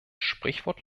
sprichwort